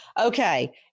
Okay